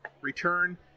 return